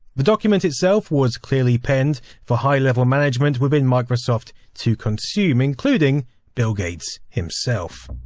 the document itself was clearly penned for high level management within microsoft to consume, including bill gates himself.